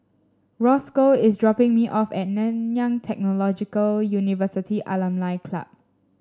Rosco is dropping me off at Nanyang Technological University Alumni Club